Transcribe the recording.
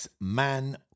man